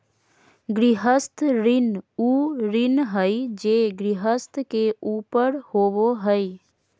गृहस्थ ऋण उ ऋण हइ जे गृहस्थ के ऊपर होबो हइ